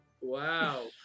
Wow